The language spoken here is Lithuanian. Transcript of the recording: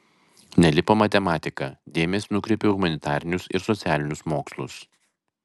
nelipo matematika dėmesį nukreipiau į humanitarinius ir socialinius mokslus